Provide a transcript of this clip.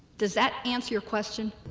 does that answer your question?